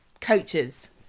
Coaches